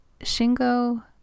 Shingo